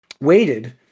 waited